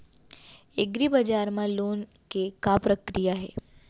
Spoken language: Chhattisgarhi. एग्रीबजार मा लोन के का प्रक्रिया हे?